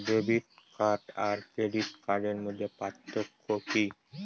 Debit card আর credit কার্ডের মধ্যে পার্থক্য কি?